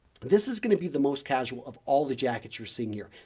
this is going to be the most casual of all the jackets you're seeing here.